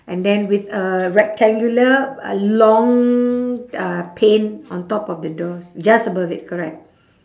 and then with a rectangular a long uh pane on top of the doors just above it correct